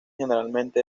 generalmente